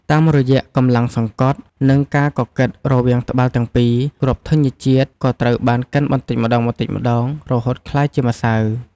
តាមរយៈកម្លាំងសង្កត់ និងការកកិតរវាងត្បាល់ទាំងពីរ គ្រាប់ធញ្ញជាតិក៏ត្រូវបានកិនបន្តិចម្ដងៗក្លាយជាម្សៅ។